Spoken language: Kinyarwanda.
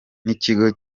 n’ikigo